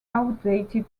outdated